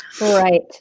Right